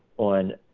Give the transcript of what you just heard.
on